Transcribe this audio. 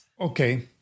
Okay